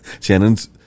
Shannon's